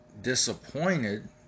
disappointed